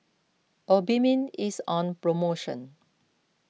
Obimin is on promotion